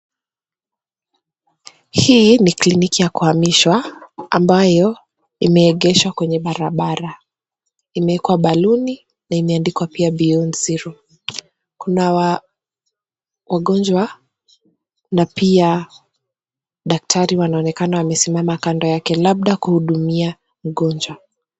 Hii ni kliniki ya kuhamishwa ambayo imeegeshwa kwenye barabara. Imeekwa baluni, na imeandikwa pia "Beyond Zero". Kuna wa wagonjwa na pia daktari wanaonekana wamesimama kando yake. Labda kuhudimia mgonjwa.